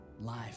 life